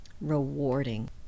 rewarding